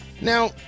Now